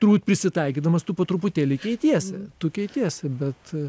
turbūt prisitaikydamas tu po truputėlį keitiesi tu keitiesi bet